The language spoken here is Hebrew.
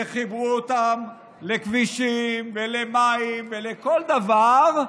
וחיברו אותם לכבישים ולמים ולכל דבר,